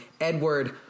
Edward